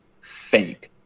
fake